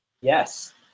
yes